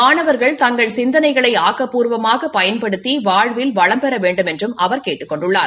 மாணவர்கள் தங்கள் சிந்தனைகளை ஆக்கப்பூர்வமாக பயன்படுத்தி வாழ்வில் வளம்பெற வேண்டுமென்றும் அவர் கேட்டுக் கொண்டுள்ளார்